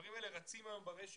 הדברים האלה רצים היום ברשת.